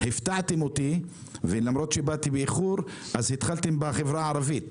הפתעתם אותי ולמרות שבאתי באיחור התחלתם בחברה הערבית,